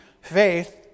Faith